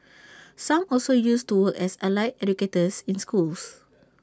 some also used to work as allied educators in schools